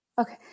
Okay